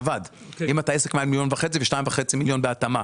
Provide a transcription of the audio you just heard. אם אתה עסק מעל מיליון וחצי ו-2.5 מיליון בהתאמה,